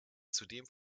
zudem